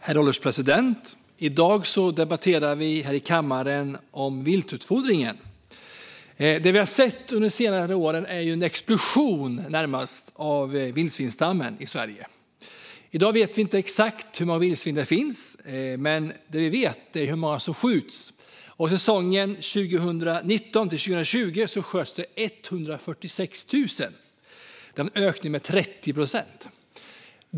Herr ålderspresident! I dag debatterar vi viltutfodring här i kammaren. Det vi har sett under senare år är närmast en explosion av vildsvinsstammen i Sverige. I dag vet vi inte exakt hur många vildsvin det finns, men vi vet hur många som skjuts. Säsongen 2019-2020 sköts 146 000, vilket är en ökning med 30 procent.